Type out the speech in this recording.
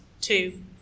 two